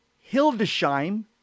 Hildesheim